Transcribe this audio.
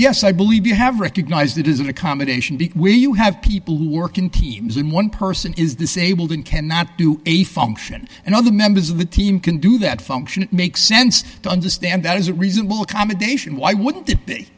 yes i believe you have recognised it is an accommodation where you have people who work in teams and one person is disabled and cannot do a function and other members of the team can do that function it makes sense to understand that is a reasonable accommodation why wouldn't it be